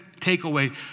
takeaway